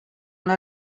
una